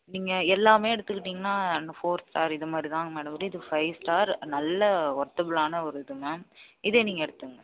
நீங்கள் எல்லாம் எடுத்துக்கிட்டிங்கனா இந்த ஃபோர் ஸ்டார் இதுமாதிரிதாங்க மேடம் வரும் இது வந்து ஃபை ஸ்டார் நல்ல ஓர்த்தபிலான ஒரு இது மேம் இதே நீங்கள் எடுத்துக்கங்க